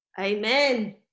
amen